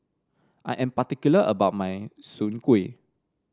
I am particular about my Soon Kway